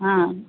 ஆ